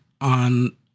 on